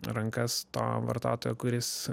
rankas to vartotojo kuris